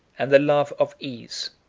and the love of ease,